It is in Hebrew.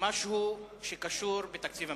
משהו שקשור לתקציב המדינה?